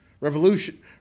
Revolution